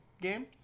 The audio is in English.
game